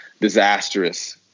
disastrous